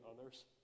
others